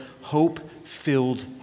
hope-filled